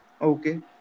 Okay